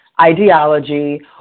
ideology